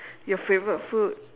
your favourite food